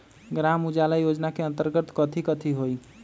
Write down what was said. ग्राम उजाला योजना के अंतर्गत कथी कथी होई?